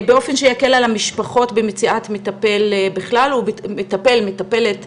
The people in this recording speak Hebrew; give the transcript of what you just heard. באופן שיקל על המשפחות במציאת מטפל או מטפלת בכלל,